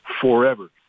forever